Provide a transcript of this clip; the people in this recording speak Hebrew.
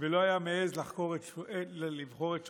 ולא היה מעז לבחור את שופטיו.